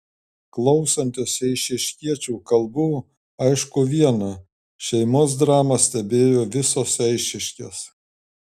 klausantis eišiškiečių kalbų aišku viena šeimos dramą stebėjo visos eišiškės